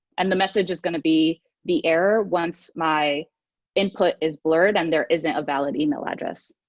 and the message is going to be the error once my input is blurred, and there isn't a valid email address.